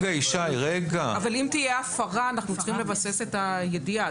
אם תהיה הפרה אנחנו צריכים לבסס את הידיעה.